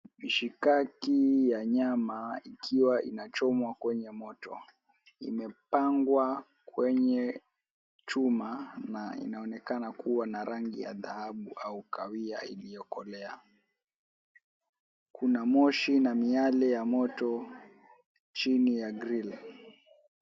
Mishkaki ya nyama ikiwa inachomwa kwenye moto imepangwa kwenye chuma na inaonekana kuwa na rangi ya dhahabu au kawia iliyokolea. Kuna moshi na miale ya moto chini ya grill .